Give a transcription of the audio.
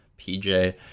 PJ